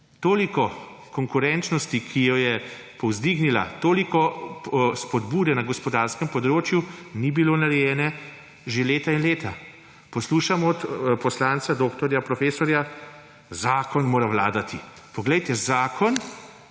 Toliko konkurenčnosti, ki jo je povzdignila, toliko spodbude na gospodarskem področju, ni bilo narejene že leta in leta. Poslušamo od poslanca doktorja profesorja, da zakon mora vladati. Poglejte; zakon,